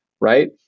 right